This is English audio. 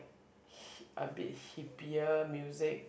h~ a bit hippier music